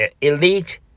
elite